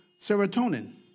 serotonin